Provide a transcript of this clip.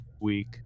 week